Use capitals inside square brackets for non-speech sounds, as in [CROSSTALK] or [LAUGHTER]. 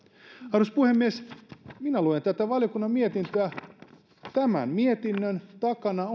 arvoisa puhemies minä luen tätä valiokunnan mietintöä tämän mietinnön takana [UNINTELLIGIBLE]